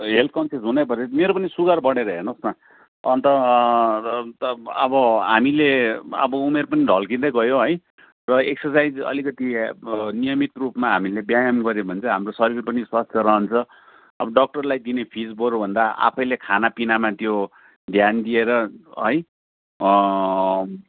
health conscious हुनैपर्यो मेरो पनि सुगर बढेर हेर्नुहोस् न अन्त अन्त अब हामीले अब उमेर पनि ढल्किँदै गयो है र एक्ससाइज अलिकति अब नियमित रूपमा हामीले व्यायाम गर्यौँ भने चाहिँ हाम्रो शरीर पनि स्वास्थ्य रहन्छ अब डक्टरलाई दिने फिस बरू भन्दा आफै खानापिनामा त्यो ध्यान दिएर है